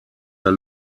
der